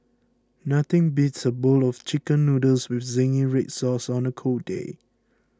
nothing beats a bowl of Chicken Noodles with Zingy Red Sauce on a cold day